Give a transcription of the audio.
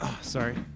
Sorry